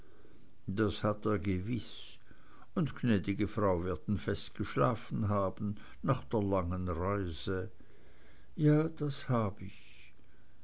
das hat er gewiß und gnäd'ge frau werden fest geschlafen haben nach der langen reise ja das hab ich